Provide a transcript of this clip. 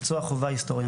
מקצוע חובה היסטוריה,